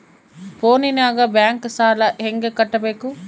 ಫೋನಿನಾಗ ಬ್ಯಾಂಕ್ ಸಾಲ ಹೆಂಗ ಕಟ್ಟಬೇಕು?